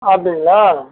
அப்படிங்ளா